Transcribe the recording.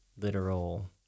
literal